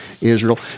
Israel